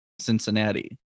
Cincinnati